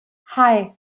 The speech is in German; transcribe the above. hei